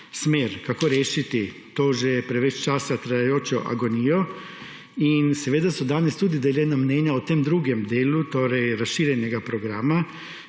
kako rešiti to, že preveč časa trajajočo, agonijo in seveda so danes tudi deljena mnenja o tem drugem delu razširjenega programa.